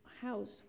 house